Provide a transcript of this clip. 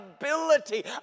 ability